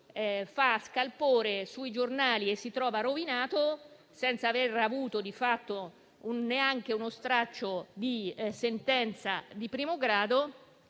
fa scalpore sui giornali e, senza aver avuto di fatto neanche uno straccio di sentenza di primo grado,